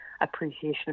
appreciation